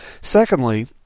Secondly